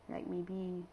like maybe